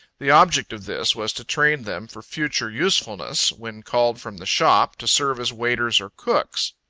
the object of this was to train them for future usefulness, when called from the shop, to serve as waiters or cooks.